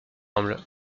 ensemble